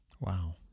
Wow